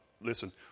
listen